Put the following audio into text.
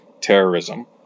terrorism